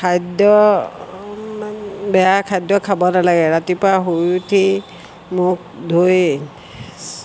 খাদ্য বেয়া খাদ্য খাব নালাগে ৰাতিপুৱা শুই উঠি মুখ ধুই